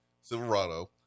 Silverado